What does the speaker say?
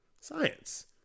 science